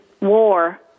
war